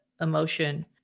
emotion